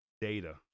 data